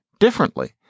differently